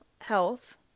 health